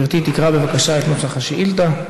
גברתי תקרא בבקשה את נוסח השאילתה.